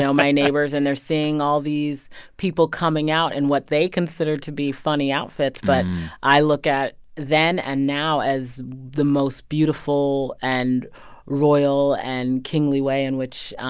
my neighbors. and they're seeing all these people coming out in what they consider to be funny outfits, but i look at then and now as the most beautiful and royal and kingly way in which